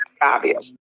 obvious